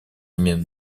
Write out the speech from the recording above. обмен